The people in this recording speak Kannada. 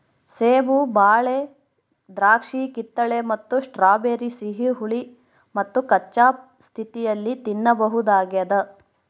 ಸೇಬು ಬಾಳೆ ದ್ರಾಕ್ಷಿಕಿತ್ತಳೆ ಮತ್ತು ಸ್ಟ್ರಾಬೆರಿ ಸಿಹಿ ಹುಳಿ ಮತ್ತುಕಚ್ಚಾ ಸ್ಥಿತಿಯಲ್ಲಿ ತಿನ್ನಬಹುದಾಗ್ಯದ